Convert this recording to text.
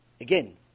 Again